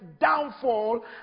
downfall